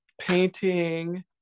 painting